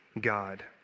God